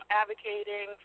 advocating